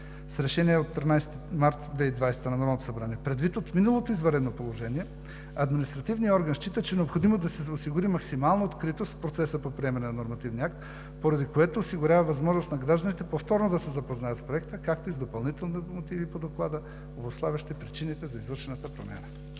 с Решение от 13 март 2020 г. на Народното събрание. Предвид отминалото извънредно положение административният орган счита, че е необходимо да се осигури максимална откритост в процеса по приемане на нормативния акт, поради което осигурява възможност на гражданите повторно да се запознаят с Проекта, както и с допълнителни мотиви по Доклада, обуславящи причините за извършената промяна.